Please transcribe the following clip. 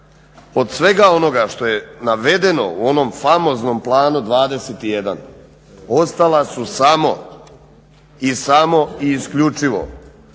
Od svega onoga što je navedeno u onom famoznom Planu 21, ostala su samo i samo i isključivo